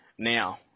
now